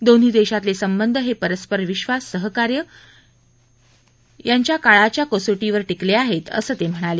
दोन्ही देशातले संबंध हे परस्पर विश्वास सहकार्य यांच्या काळाच्या कसोटीवर टिकले आहेत असंही ते म्हणाले